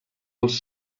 els